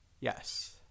Yes